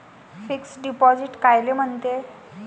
Fix deposit कायले म्हनते?